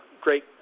great